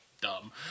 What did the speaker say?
Dumb